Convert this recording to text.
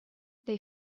they